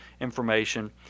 information